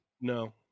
No